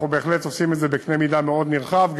אנחנו בהחלט עושים את זה בקנה-מידה מאוד נרחב,